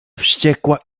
wściekła